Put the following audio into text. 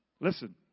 Listen